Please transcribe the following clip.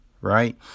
right